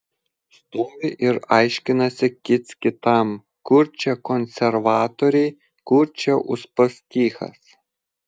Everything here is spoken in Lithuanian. stovi ir aiškinasi kits kitam kur čia konservatoriai kur čia uspaskichas